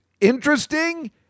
interesting